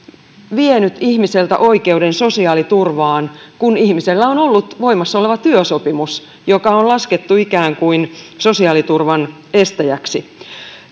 vienyt ihmiseltä oikeuden sosiaaliturvaan kun ihmisellä on ollut voimassa oleva työsopimus joka on laskettu ikään kuin sosiaaliturvan estäjäksi